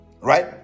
Right